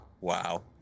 Wow